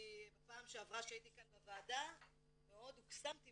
בפעם שעברה שהייתי כאן בוועדה מאוד הוקסמתי